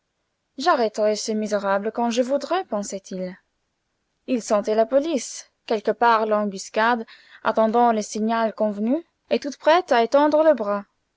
j'arrêterai ce misérable quand je voudrai pensait-il il sentait la police quelque part là en embuscade attendant le signal convenu et toute prête à étendre le bras